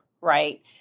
right